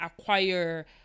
acquire